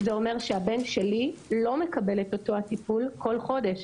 זה אומר שהבן שלי לא מקבל את אותו טיפול בכל חודש.